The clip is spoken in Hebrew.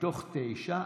מתוך תשע,